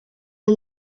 are